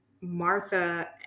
Martha